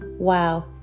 Wow